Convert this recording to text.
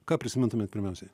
ką prisimintumėt pirmiausiai